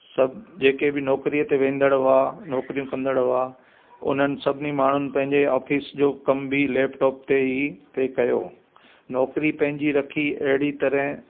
सभु जेके बि नौकिरीअ ते वेंदड़ हुआ नौकिरियूं कंदड़ हुआ उन्हनि सभिनी माण्हुनि पंहिंजे ऑफ़िस जो कमु बि लैपटॉप ते ई पिए कयो नौकिरी पंहिंजी रखे अहिड़ी तरह